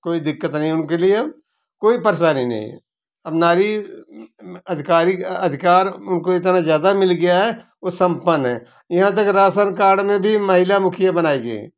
कोई दिक्कत नहीं है उनके लिए अब कोई परेशानी नहीं है अब नारी अधिकारी अधिकार उनको इतना ज्यादा मिल गया है वो संपन्न है यहाँ तक रासन कार्ड में भी महिला मुखिया बनाई गई हैं